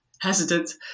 hesitant